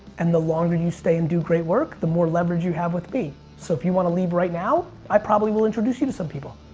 and the longer you stay and do great work the more leverage you have with me. so if you want to leave right now? i probably will introduce you to some people.